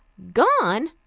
gone!